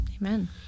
Amen